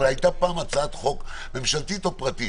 הייתה פעם הצעת חוק ממשלתית או פרטית